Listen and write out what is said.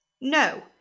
No